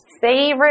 favorite